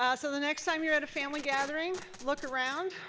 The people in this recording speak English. ah so the next time you are at a family gathering, look around.